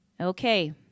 Okay